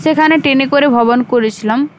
সেখানে ট্রনে করে ভ্রমণ করেছিলাম